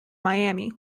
miami